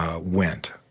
went